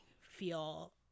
feel